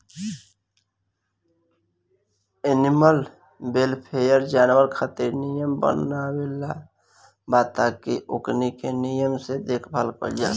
animal welfare, जानवर खातिर नियम बनवले बा ताकि ओकनी के निमन से देखभाल कईल जा सके